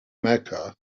mecca